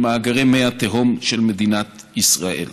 במאגרי מי התהום של מדינת ישראל.